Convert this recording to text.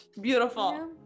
beautiful